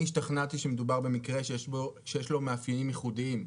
אני השתכנעתי שמדובר במקרה שיש לו מאפיינים ייחודיים.